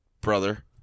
brother